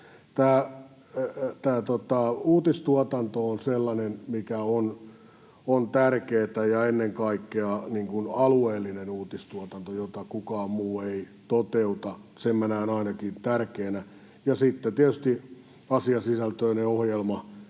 mikä on tärkeätä, ja ennen kaikkea alueellinen uutistuotanto, jota kukaan muu ei toteuta — sen minä näen ainakin tärkeänä — ja sitten tietysti asiasisältöinen ohjelma.